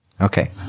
Okay